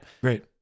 Great